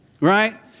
Right